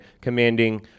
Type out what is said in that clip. commanding